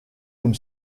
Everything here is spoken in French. comme